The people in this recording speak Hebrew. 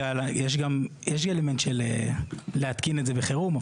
יש אלמנט של להתקין את זה בחירום,